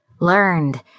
Learned